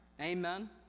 Amen